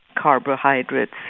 carbohydrates